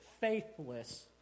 faithless